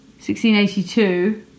1682